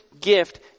gift